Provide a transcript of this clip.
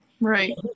Right